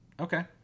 Okay